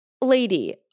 lady